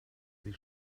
sie